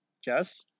jess